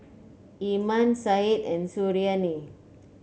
Iman Said and Suriani